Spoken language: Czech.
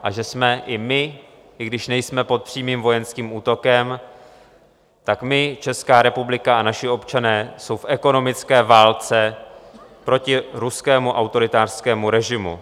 A že jsme i my, i když nejsme pod přímým vojenským útokem, tak my, Česká republika a naši občané jsme v ekonomické válce proti ruskému autoritářskému režimu.